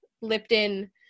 Lipton